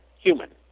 human